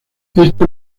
esto